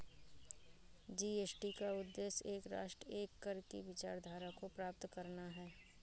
GST का उद्देश्य एक राष्ट्र, एक कर की विचारधारा को प्राप्त करना है